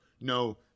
no